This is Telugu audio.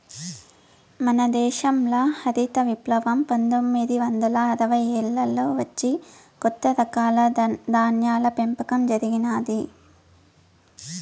మన దేశంల హరిత విప్లవం పందొమ్మిది వందల అరవైలలో వచ్చి కొత్త రకాల ధాన్యాల పెంపకం జరిగినాది